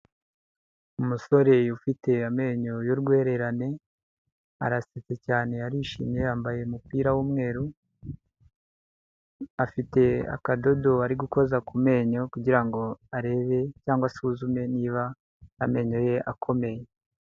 Umusore ufite amenyo y'urwererane arasetse cyane arishimye yambaye umupira w'umweru, afite akadodo ari gukoza ku menyo kugira ngo arebe cyangwa asuzume niba amenyo ye akomeye.